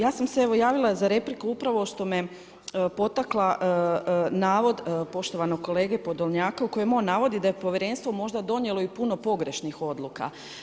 Ja sam se evo javila za repliku upravo što me potakao navod poštovanog kolege Podolnjaka u kojem on navodi da je povjerenstvo možda donijelo i puno pogrešnih odluka.